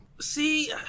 See